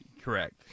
correct